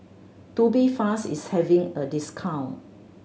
Tubifast is having a discount